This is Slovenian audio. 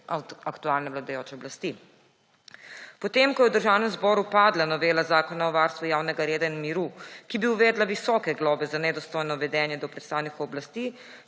aktualne vladajoče oblasti. Potem ko je v Državnem zboru padla novela Zakona o varstvu javnega reda in miru, ki bi uvedla visoke globe za nedostojno vedenje do predstavnikov oblasti,